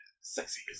sexy